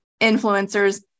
influencers